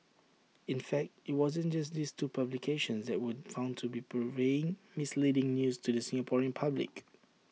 in fact IT wasn't just these two publications that were found to be purveying misleading news to the Singaporean public